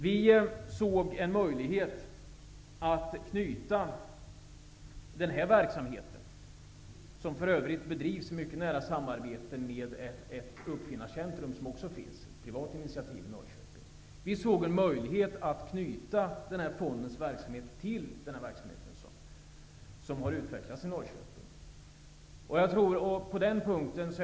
Vi såg en möjlighet att knyta fondens verksamhet -- som för övrigt bedrivs i ett mycket nära samarbete med ett uppfinnarcentrum, som är ett privat initiativ -- till den verksamhet som har utvecklats i Norrköping.